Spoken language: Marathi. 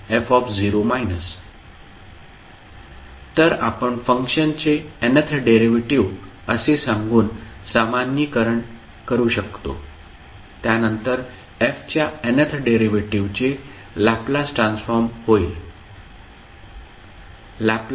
तर आपण फंक्शनचे nth डेरिव्हेटिव्ह असे सांगून सामान्यीकरण करू शकतो त्यानंतर f च्या nth डेरिव्हेटिव्हचे लॅपलास ट्रान्सफॉर्म होईल